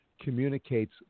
communicates